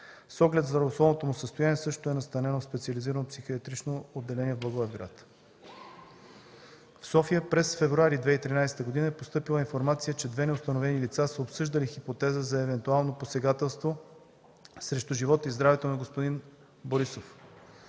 С оглед здравословното му състояние същото е настанено в Специализирано психиатрично отделение – Благоевград. В София през февруари 2013 г. е постъпила информация, че две неустановени лица са обсъждали хипотеза за евентуално посегателство срещу живота и здравето на господин Борисов,